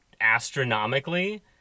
astronomically